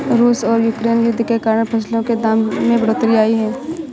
रूस और यूक्रेन युद्ध के कारण फसलों के दाम में बढ़ोतरी आई है